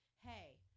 Hey